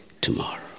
tomorrow